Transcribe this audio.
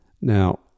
Now